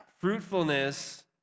Fruitfulness